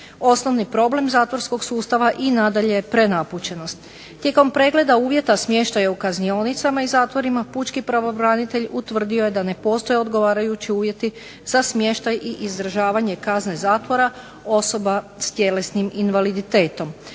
Osnovni problem zatvorskog sustava i nadalje prenapučenost. Tijekom pregleda uvjeta smještaja u kaznionicama i zatvorima pučki pravobranitelj utvrdio je da ne postoje odgovarajući uvjeti za smještaj i izdržavanje kazne zatvora osoba s tjelesnim invaliditetom.